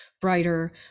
brighter